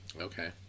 okay